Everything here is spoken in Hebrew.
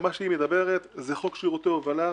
היא מדברת על חוק שירותי ההובלה,